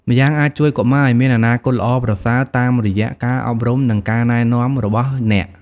ម្យ៉ាងអាចជួយកុមារឱ្យមានអនាគតល្អប្រសើរ តាមរយៈការអប់រំ និងការណែនាំរបស់អ្នក ។